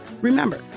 Remember